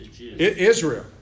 Israel